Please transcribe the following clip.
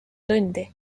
tundi